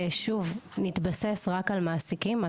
שוב נתבסס רק על מעסיקים,